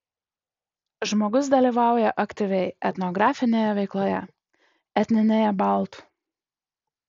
žmogus dalyvauja aktyviai etnografinėje veikloje etninėje baltų